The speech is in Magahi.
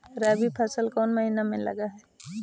रबी फसल कोन महिना में लग है?